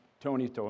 Tony